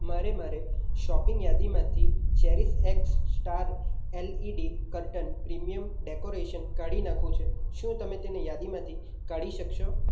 મારે મારે શોપિંગ યાદીમાંથી cherish x star LED curtain premium decoration કાઢી નાખવું છે શું તમે તેને યાદીમાંથી કાઢી શકશો